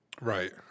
Right